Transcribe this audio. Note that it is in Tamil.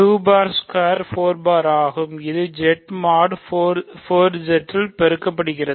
2 பார் ஸ்கொயர் 4 பார் ஆகும் சரி இது Z மோட் 4Z இல் பெருக்கப்படுகிறது